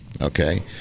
okay